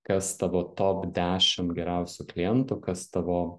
kas tavo top dešim geriausių klientų kas tavo